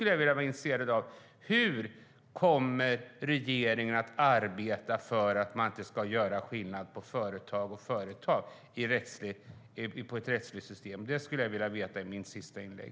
Jag är intresserad av hur regeringen kommer att arbeta för att man inte ska göra skillnad på företag och företag i ett rättsligt system. Det skulle jag vilja veta genom mitt sista inlägg.